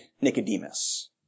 Nicodemus